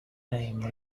name